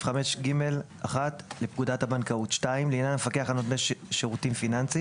5(ג1) לפקודת הבנקאות; לעניין המפקח על נותני שירותים פיננסיים